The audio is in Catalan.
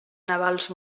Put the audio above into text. navals